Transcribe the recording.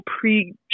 pre